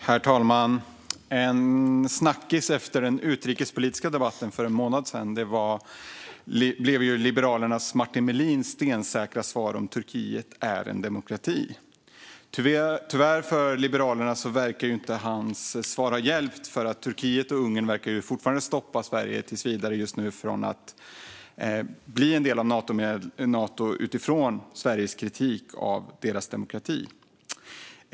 Herr talman! En snackis efter den utrikespolitiska debatten för en månad sedan blev Liberalernas Martin Melins stensäkra svar på om Turkiet är en demokrati. Tyvärr för Liberalerna verkar inte hans svar ha hjälpt eftersom Turkiet och Ungern fortfarande tills vidare stoppar Sverige från att bli en del av Nato utifrån Sveriges kritik av deras demokrati.